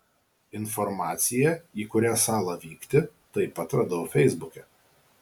informaciją į kurią salą vykti taip pat radau feisbuke